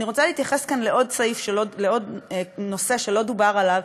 אני רוצה להתייחס כאן לעוד נושא שלא דובר עליו,